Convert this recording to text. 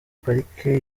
parike